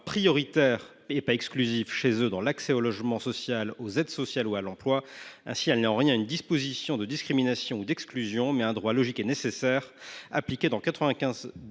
prioritaire – et non exclusif – chez eux dans l’accès au logement social, aux aides sociales ou à l’emploi. Ainsi, il ne s’agit en rien d’une disposition de discrimination ou d’exclusion, mais c’est bien un droit logique et nécessaire, appliqué dans 95 % des